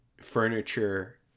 furniture